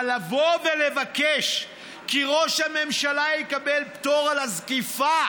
אבל לבקש שראש הממשלה יקבל פטור על הזקיפה